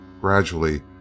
gradually